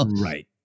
Right